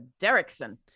Derrickson